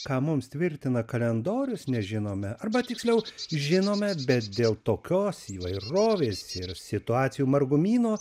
ką mums tvirtina kalendorius nežinome arba tiksliau žinome bet dėl tokios įvairovės ir situacijų margumyno